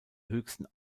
höchsten